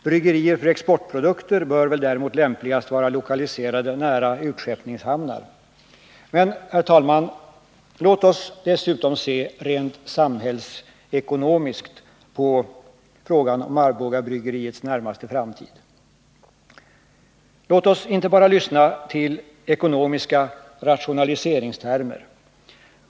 Bryggerier för exportprodukter bör väl däremot lämpligast vara lokaliserade nära utskeppningshamnar. Men, herr talman, låt oss dessutom se rent samhällsekonomiskt på frågan om Arbogabryggeriets närmaste framtid. Låt oss inte bara lyssna till ekonomiska rationaliseringstermer.